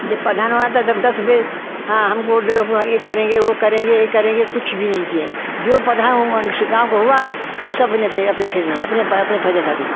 जब प्रधानवा आता है जब दस बे हाँ हम वोट ये करेंगे वो करेंगे ये करेंगे कुछ भी नहीं किए जो प्रधान गाँव का हुआ खूब सबने अपने अपने फेर में अपने अपने फायदे खातिर